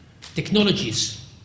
technologies